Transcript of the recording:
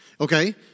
Okay